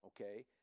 okay